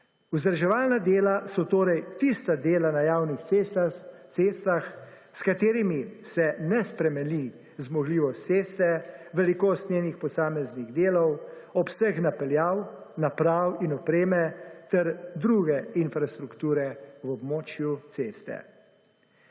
Vzdrževalna dela so torej tista dela na javnih cestah, s katerimi se ne spremeni zmogljivost ceste, velikost njenih posameznih delov, obseg napeljav, naprav in opreme ter druge infrastrukture v območju ceste.